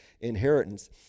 inheritance